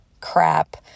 crap